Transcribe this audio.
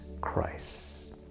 Christ